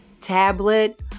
tablet